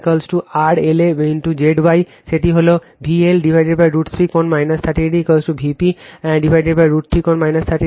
সেটি হল VL√ 3 কোণ 30 Vp√ 3 কোণ 30o